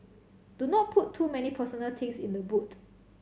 do not put too many personal things in the boot